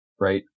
Right